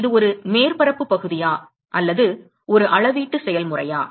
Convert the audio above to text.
இது ஒரு மேற்பரப்பு பகுதியா அல்லது ஒரு அளவீட்டு செயல்முறையா